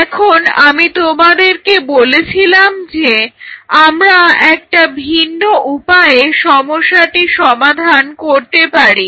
এখন আমি তোমাদেরকে বলেছিলাম যে আমরা একটা ভিন্ন উপায়ে সমস্যাটির সমাধান করতে পারি